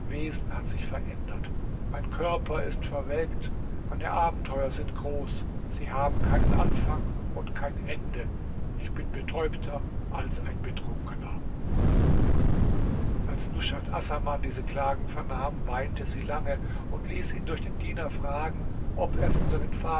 wesen hat sich verändert mein körper ist verwelkt meine abenteuer sind groß sie haben keinen anfang und kein ende ich bin betäubter als ein betrunkener als nushat assaman diese klagen vernahm weinte sie lange und ließ ihn durch den diener fragen ob er von seinem